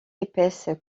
épaisse